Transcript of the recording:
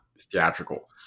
theatrical